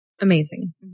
Amazing